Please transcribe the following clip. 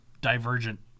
divergent